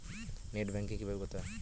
Net banking কীভাবে করতে হয়?